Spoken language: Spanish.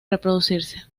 reproducirse